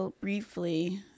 briefly